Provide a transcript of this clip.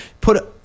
put